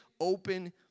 open